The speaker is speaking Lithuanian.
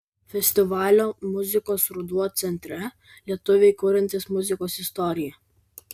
festivalio muzikos ruduo centre lietuviai kuriantys muzikos istoriją